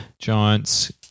Giants